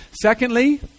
Secondly